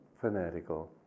fanatical